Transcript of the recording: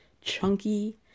chunky